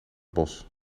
bos